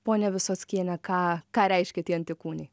ponia visockiene ką ką reiškia tie antikūniai